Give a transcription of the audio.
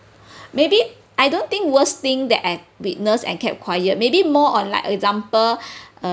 maybe I don't think worst thing that I witness and kept quiet maybe more on like example